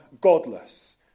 godless